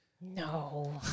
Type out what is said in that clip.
No